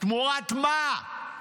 תמורת מה?